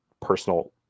personal